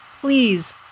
please